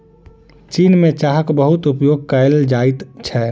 चीन में चाहक बहुत उपभोग कएल जाइत छै